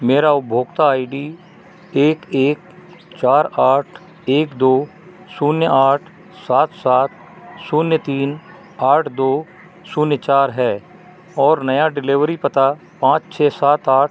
मेरा उपभोक्ता I D एक एक चार आठ एक दो शून्य आठ सात सात शून्य तीन आठ दो शून्य चार है और नया डिलेवरी पता पाच छः सात आठ